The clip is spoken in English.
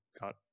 got